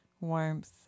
warmth